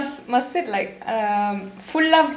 must must sit like um full-aa